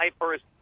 first